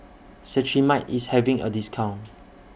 Cetrimide IS having A discount